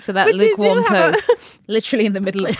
so that would leave one person literally in the middle.